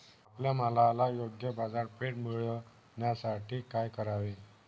आपल्या मालाला योग्य बाजारपेठ मिळण्यासाठी काय करावे?